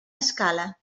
escala